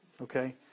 Okay